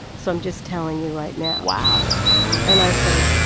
so i'm just telling you right now wow and i said,